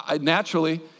naturally